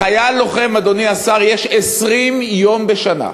לחייל לוחם, אדוני השר, יש 20 יום בשנה.